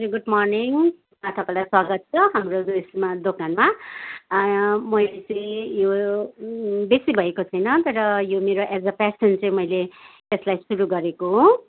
हजुर good morning तपाईँलाई स्वागत छ हाम्रो उइसमा दोकानमा मैले चाहिँ यो बेसी भएको छैन तर ये मेरो एज् अ प्यासन चाहिँ मैले यसलाई सुरु गरेको हो